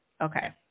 okay